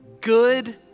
good